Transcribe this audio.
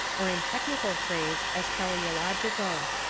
or in technical phrase as teleological.